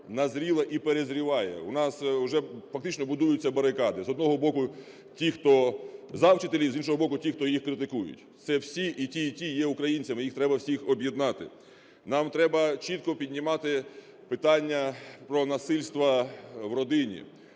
назріла і перезріває. У нас уже фактично будуються барикади: з одного боку, ті, хто за вчителів, з іншого боку – ті, хто їх критикують. Це всі – і ті, і ті – є українцями, їх треба всіх об'єднати. Нам треба чітко піднімати питання про насильство в родині.